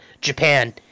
Japan